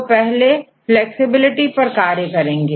तो पहले फ्लैक्सिबिलिटी पर कार्य करेंगे